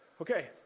Okay